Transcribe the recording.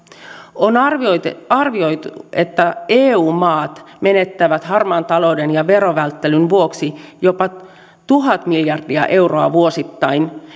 on arvioitu että eu maat menettävät harmaan talouden ja verovälttelyn vuoksi jopa tuhat miljardia euroa vuosittain